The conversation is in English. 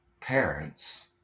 parents